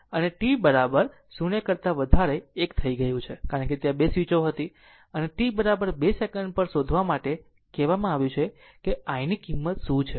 અને t બરાબર 0 કરતા વધારે આ એક થઈ ગયું કારણ કે ત્યાં 2 સ્વીચો હતી અને t 2 સેકંડ પર શોધવા માટે કહેવામાં આવ્યું છે કે i ની કિંમત શું છે